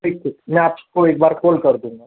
ठेक ठीक में आपको एक बार कोल कर दूँगा